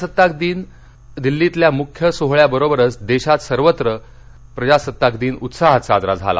प्रजासत्ताक दिन महाराष्ट् दिल्लीतल्या मुख्य सोहळ्या बरोबरच देशात सर्वत्र प्रजासत्ताकदिन उत्साहात साजरा झाला